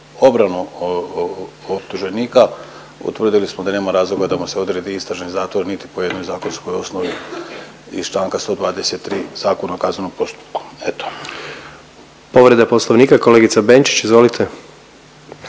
obranu optuženika utvrdili smo da nema razloga da mu se odredi istražni zatvor niti po jednoj zakonskoj osnovi iz članka 123. Zakona o kaznenom postupku. Eto. **Jandroković, Gordan (HDZ)** Povreda Poslovnika kolegica Benčić, izvolite.